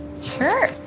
Sure